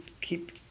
keep